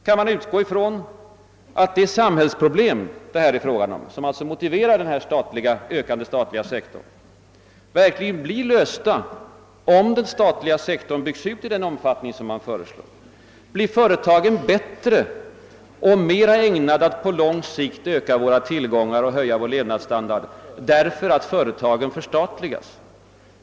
Kan man utgå ifrån att de samhällsproblem det här är fråga om, som alltså motiverar den ökande statliga sektorn, verkligen blir lösta, om den statliga sektorn byggs ut i den omfattning som föreslås? Blir företagen bättre och mera ägnade att på lång sikt öka våra tillgångar och höja vår levnadsstandard, därför att de förstatligas?